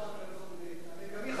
גם היא חתומה על הצעת החוק,